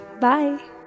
Bye